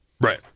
Right